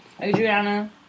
Adriana